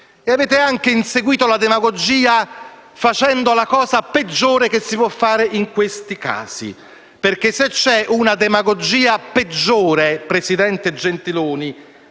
Avete anche inseguito la demagogia, facendo la cosa peggiore che si può fare in questi casi, perché se c'è una demagogia peggiore, presidente Gentiloni